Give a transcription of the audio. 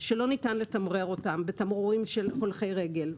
שלא ניתן לתמרר אותם בתמרורים של הולכי רגל.